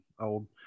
old